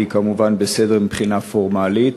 והיא כמובן בסדר מבחינה פורמלית.